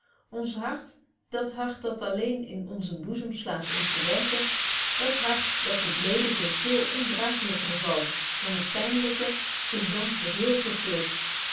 ons hart dat hart dat alleen in onzen boezem slaat om te werken dat hart dat het ledige veel ondraaglyker valt dan het pynelyke is dan geheel vervult